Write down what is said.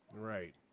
Right